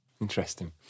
Interesting